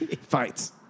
Fights